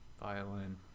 Violin